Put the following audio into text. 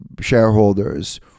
shareholders